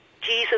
jesus